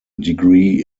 degree